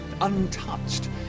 untouched